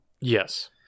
Yes